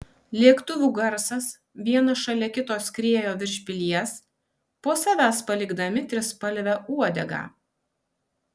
lėktuvų garsas vienas šalia kito skriejo virš pilies po savęs palikdami trispalvę uodegą